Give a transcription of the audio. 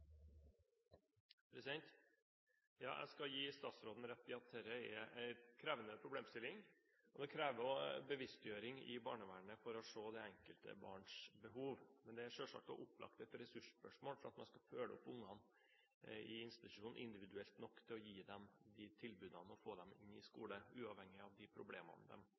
det krever også bevisstgjøring i barnevernet å se det enkelte barns behov. Men det er også opplagt et ressursspørsmål å følge opp barna i institusjon individuelt nok til å gi dem de tilbudene og få dem inn i skole, uavhengig av de problemene